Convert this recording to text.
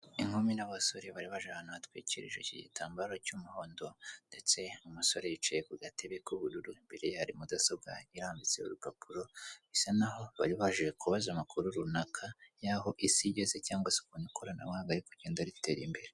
Inkumi n'abasore bari baj ahantu batwikirije iki gitambaro cy'umuhondo ndetse umusore yicaye ku gatebe k'ubururu imbere hari mudasobwa irambitse urupapuro isa nahoho bari baje kubaza amakuru runaka y'aho isi igeze cyangwa se kubona ikoranabuhanga ri kugenda ritera imbere.